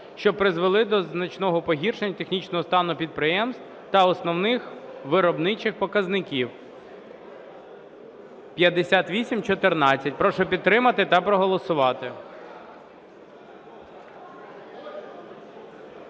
що призвели до значного погіршення технічного стану підприємства та основних виробничих показників (5814). Прошу підтримати та проголосувати.